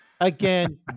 again